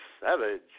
Savage